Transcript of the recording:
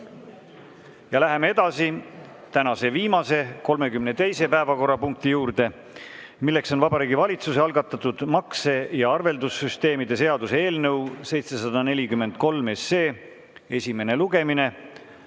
16. Läheme tänase viimase, 32. päevakorrapunkti juurde: Vabariigi Valitsuse algatatud makse‑ ja arveldussüsteemide seaduse eelnõu 743 esimene lugemine.